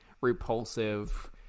repulsive